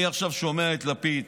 אני עכשיו שומע את לפיד,